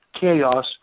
Chaos